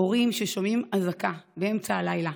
הורים ששומעים אזעקה באמצע הלילה